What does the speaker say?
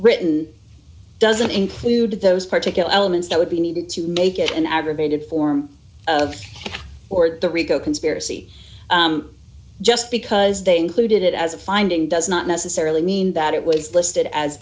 written doesn't include those particular elements that would be needed to make it an aggravated form of or the rico conspiracy just because they included it as a finding does not necessarily mean that it was listed as